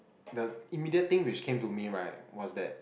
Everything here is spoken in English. the immediate thing which came to me right was that